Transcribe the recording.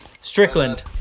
Strickland